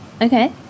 okay